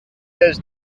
dels